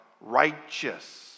righteous